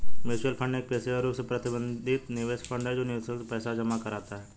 mutual fund एक पेशेवर रूप से प्रबंधित निवेश फंड है जो निवेशकों से पैसा जमा कराता है